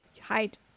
Hide